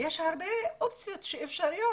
יש אופציות אפשריות,